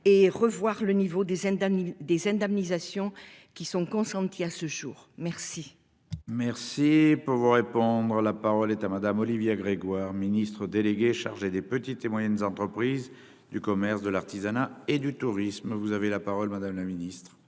des indemnités des indemnisations qui sont consentis à ce jour, merci. Merci pour vous répondre. La parole est à madame Olivia Grégoire Ministre délégué chargé des petites et moyennes entreprises, du commerce, de l'artisanat et du tourisme, vous avez la parole madame la Ministre.